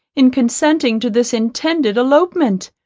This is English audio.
in consenting to this intended elopement.